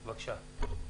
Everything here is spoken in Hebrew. בבקשה.